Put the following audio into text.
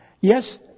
Yes